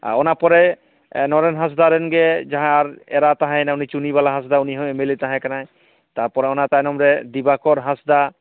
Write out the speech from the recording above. ᱟᱨ ᱚᱱᱟ ᱯᱚᱨᱮ ᱱᱚᱨᱮᱱ ᱦᱟᱸᱥᱫᱟ ᱨᱮᱱ ᱜᱮ ᱡᱟᱦᱟᱸᱭ ᱮᱨᱟ ᱛᱟᱦᱮᱭᱮᱱᱟ ᱩᱱᱤ ᱪᱩᱱᱤᱵᱟᱞᱟ ᱦᱟᱸᱥᱫ ᱩᱱᱤ ᱦᱚᱸ ᱮᱢᱮᱞᱮᱭ ᱛᱟᱦᱮᱸ ᱠᱟᱱᱟᱭ ᱛᱟᱯᱚᱨᱮ ᱚᱱᱟ ᱛᱟᱭᱱᱚᱢ ᱨᱮ ᱫᱤᱵᱟᱠᱚᱨ ᱦᱟᱸᱥᱫᱟᱜ